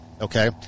Okay